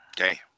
Okay